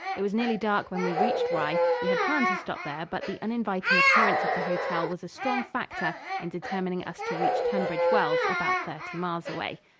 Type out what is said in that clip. it was nearly dark when we reached rye we had planned to stop there, but the uninviting appearance of the hotel was a strong factor in determining us to reach tunbridge wells, about thirty miles away.